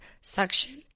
suction